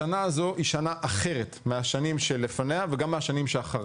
השנה הזו היא שנה אחרת מהשנים שלפניה וגם מהשנים שאחריה.